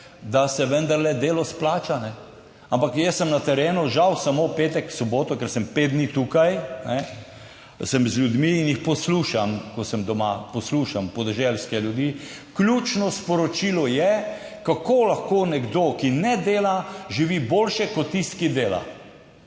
da se vendarle delo splača. Ampak jaz sem na terenu, žal, samo v petek, soboto, ker sem pet dni tukaj, sem z ljudmi in jih poslušam, ko sem doma, poslušam podeželske ljudi. Ključno sporočilo je, kako lahko nekdo, ki ne dela, živi boljše kot tisti, ki dela,